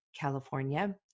California